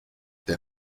der